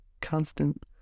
constant